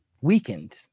weakened